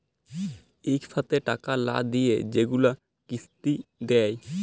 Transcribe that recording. ইকসাথে টাকা লা দিঁয়ে যেগুলা কিস্তি দেয়